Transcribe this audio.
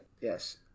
Yes